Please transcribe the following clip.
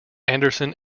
anderson